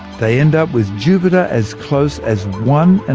they end up with jupiter as close as one. and